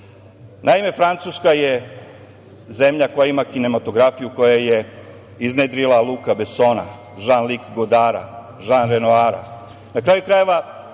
Evropi. Naime, Francuska je zemlja koja ima kinematografiju koja je iznedrila Luka Besona, Žan Lik Godara, Žan Renoara.